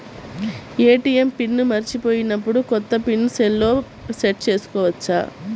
ATM PIN మరచిపోయినప్పుడు, కొత్త PIN సెల్లో సెట్ చేసుకోవచ్చా?